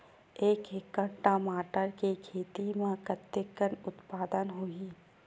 एक एकड़ टमाटर के खेती म कतेकन उत्पादन होही?